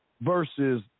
versus